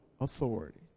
authority